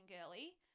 girly